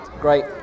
Great